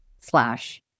slash